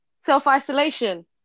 self-isolation